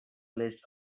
list